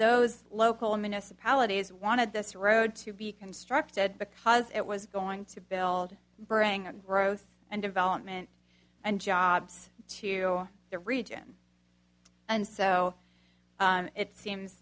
those local municipalities wanted this road to be constructed because it was going to build bring growth and development and jobs to the region and so it seems